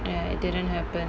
ya it didn't happen